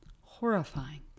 Horrifying